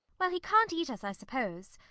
well, he can't eat us, i suppose.